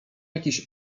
jakiejś